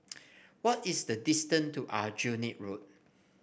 what is the distance to Aljunied Road